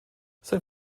sein